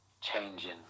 changing